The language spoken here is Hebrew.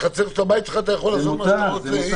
בחצר של הבית שלך אתה יכול לעשות מה שאתה רוצה.